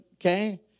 okay